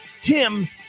Tim